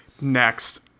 Next